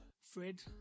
Fred